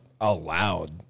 allowed